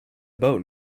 boat